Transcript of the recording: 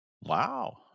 Wow